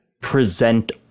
present